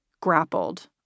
grappled